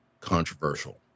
controversial